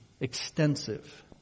extensive